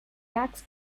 tax